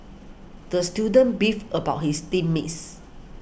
the student beefed about his team mates